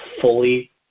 fully